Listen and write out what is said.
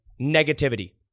negativity